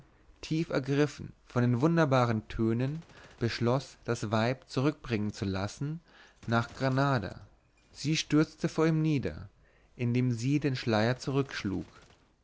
tief ergriffen von den wunderbaren tönen beschloß das weib zurückbringen zu lassen nach granada sie stürzte vor ihm nieder indem sie den schleier